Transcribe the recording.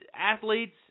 athletes